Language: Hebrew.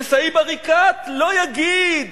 וסאיב עריקאת לא יגיד